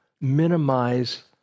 minimize